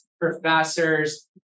professors